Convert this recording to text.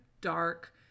dark